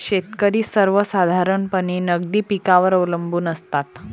शेतकरी सर्वसाधारणपणे नगदी पिकांवर अवलंबून असतात